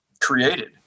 created